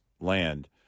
land